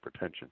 hypertension